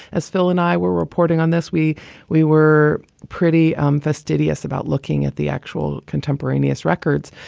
as phil and i were reporting on this, we we were pretty um fastidious about looking at the actual contemporaneous records.